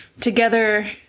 together